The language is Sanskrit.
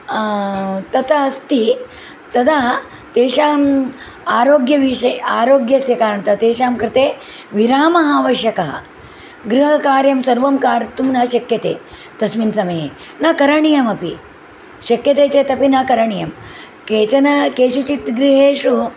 तथा अस्ति तदा तेषाम् आरोग्यविष आरोग्यस्य कारणतः तेषां कृते विरामः आवश्यकः गृहकार्यं सर्वं कर्तुं न शक्यते तस्मिन् समये न करणीयमपि शक्यते चेदपि न करणीयं केचन केषुचित् गृहेषु